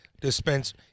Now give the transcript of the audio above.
dispense